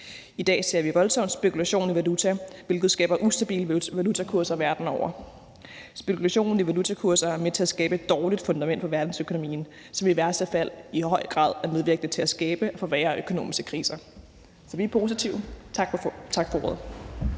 I dag ser vi voldsom spekulation i valuta, hvilket skaber ustabile valutakurser verden over. Spekulationen i valutakurser er med til at skabe et dårligt fundament for verdensøkonomien, hvilket i værste fald er medvirkende til at skabe og forværre økonomiske kriser. Så vi er positive. Tak for ordet.